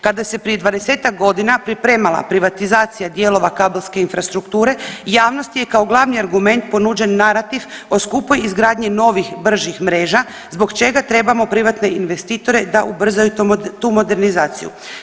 Kada se prije 20-tak godina pripremila privatizacija dijelova kablovske infrastrukture javnosti je kao glavni argument ponuđen narativ o skupoj izgradnji novih i bržih mreža zbog čega trebamo privatne investitore da ubrzaju tu modernizaciju.